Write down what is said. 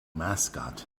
mascot